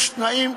יש תנאים,